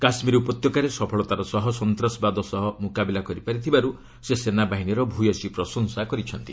କାଶ୍ମୀର ଉପତ୍ୟକାରେ ସଫଳତାର ସହ ସନ୍ତାସବାଦ ସହ ମୁକାବିଲା କରିପାରିଥିବାରୁ ସେ ସେନାବାହିନୀର ଭ୍ୟସୀ ପ୍ରଶଂସା କରିଛନ୍ତି